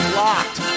locked